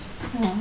oh